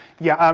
yeah,